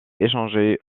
échangé